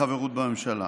לחברות בממשלה.